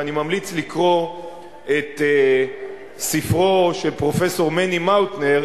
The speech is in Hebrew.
ואני ממליץ לקרוא את ספרו של פרופסור מני מאוטנר